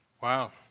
Wow